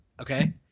okay